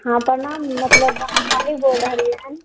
हँ प्रणाम मतलब हम मालिक बोलि रहलियै हन